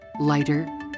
Lighter